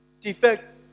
Defect